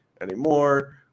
anymore